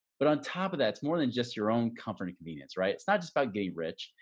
but on top of that, it's more than just your own comfort and convenience, right? it's not just about getting rich.